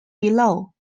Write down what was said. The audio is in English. below